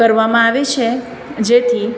કરવામાં આવે છે જેથી